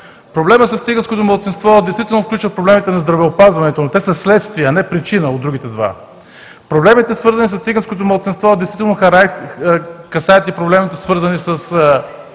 Проблемът с циганското малцинство действително включва проблемите на здравеопазването, но те са следствие, а не причина от другите два. Проблемите, свързани с циганското малцинство действително касаят и проблемите, свързани с